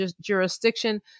jurisdiction